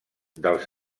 dels